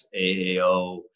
AAO